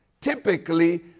typically